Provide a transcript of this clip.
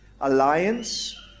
alliance